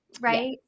right